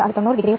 85 W i 0